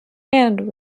and